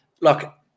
look